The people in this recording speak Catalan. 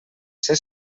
ser